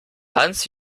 hans